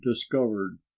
discovered